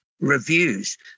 reviews